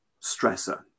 stressor